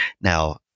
Now